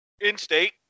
in-state